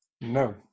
No